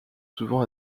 souvent